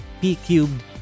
P-Cubed